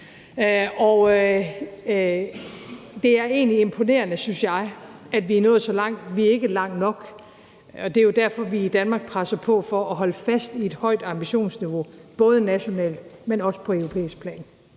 Det er egentlig imponerende, synes jeg, at vi er nået så langt. Vi er ikke langt nok, og det er jo derfor, vi i Danmark presser på for at holde fast i et højt ambitionsniveau både nationalt og på europæisk plan.